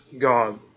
God